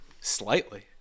slightly